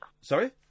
Sorry